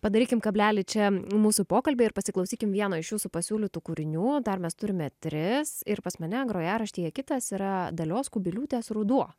padarykim kablelį čia mūsų pokalby ir pasiklausykim vieno iš jūsų pasiūlytų kūrinių dar mes turime tris ir pas mane grojaraštyje kitas yra dalios kubiliūtės ruduo